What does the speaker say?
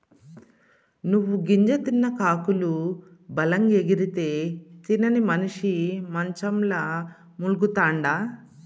నువ్వు గింజ తిన్న కాకులు బలంగెగిరితే, తినని మనిసి మంచంల మూల్గతండా